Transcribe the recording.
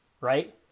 right